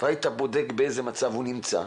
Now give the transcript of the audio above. והיית בודק באיזה מצב הוא נמצא,